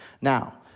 Now